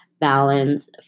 balance